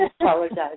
apologize